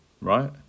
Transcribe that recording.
right